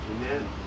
Amen